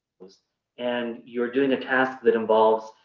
and you're doing a task that involves